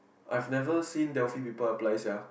I've never seen there're few people apply sia